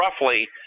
roughly –